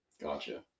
Gotcha